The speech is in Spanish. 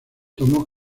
tomó